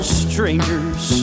strangers